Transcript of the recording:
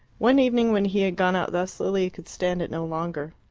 one evening, when he had gone out thus, lilia could stand it no longer.